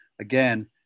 again